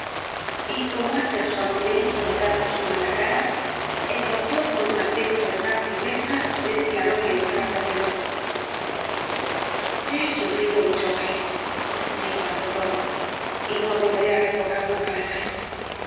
y como utterson le hizo notar su mala cara el doctor con un acento de gran firmeza le declaró que estaba perdido he sufrido un choque dijo el doctor y no volveré á recobrar nunca la salud